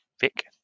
Vic